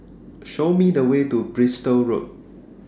Show Me The Way to Bristol Road